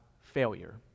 failure